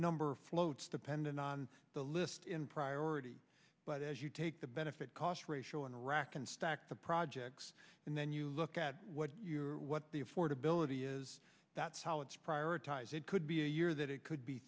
number floats depended on the list in priority but as you take the benefit cost ratio in iraq and stack the projects and then you look at what you're what the affordability is that's how it's prioritize it could be a year that it could be